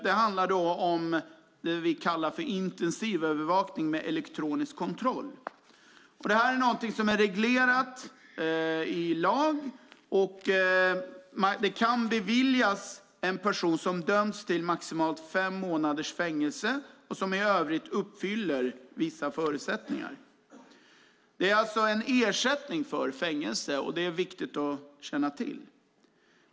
Det handlar då om vad vi kallar för intensivövervakning med elektronisk kontroll. Detta är reglerat i lag. Det kan beviljas en person som dömts till maximalt fem månaders fängelse och som i övrigt uppfyller vissa förutsättningar. Detta är alltså en ersättning för fängelse, vilket är viktigt att känna till.